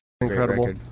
incredible